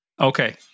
Okay